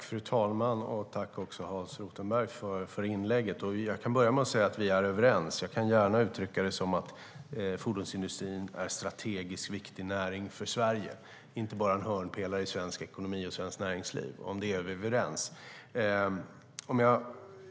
Fru talman! Jag tackar Hans Rothenberg för inlägget. Jag kan börja med att säga att vi är överens; jag kan gärna uttrycka det som att fordonsindustrin är en strategiskt viktig näring för Sverige och inte bara en hörnpelare i svensk ekonomi och svenskt näringsliv. Om det är vi överens.